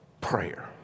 prayer